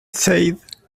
said